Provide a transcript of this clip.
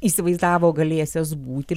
įsivaizdavo galėsiąs